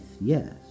yes